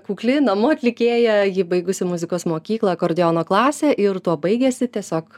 kukli namų atlikėja ji baigusi muzikos mokyklą akordeono klasę ir tuo baigėsi tiesiog